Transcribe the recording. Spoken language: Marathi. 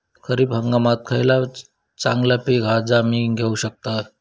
खरीप हंगामाक खयला चांगला पीक हा जा मी घेऊ शकतय?